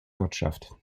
wirtschaft